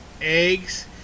Eggs